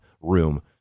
room